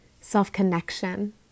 self-connection